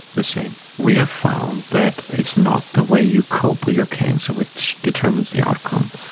the same. we have found that it's not the way you cope with your cancer which determines the outcome.